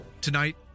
Tonight